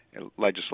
Legislation